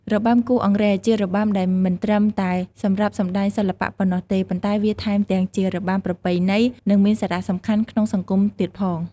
របាំគោះអង្រែជារបាំដែលមិនត្រឹមតែសម្រាប់សំដែងសិល្បៈប៉ុណ្ណោះទេ ប៉ុន្តែវាថែមទាំងជារបាំប្រពៃណី និងមានសារៈសំខាន់ក្នុងសង្គមទៀតផង។